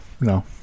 no